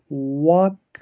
وق